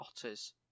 otters